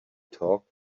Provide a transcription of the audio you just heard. talked